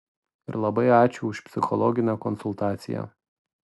ir labai ačiū už psichologinę konsultaciją